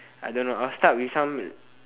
I don't know I'll start with some